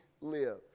live